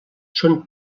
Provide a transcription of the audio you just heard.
són